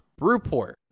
Brewport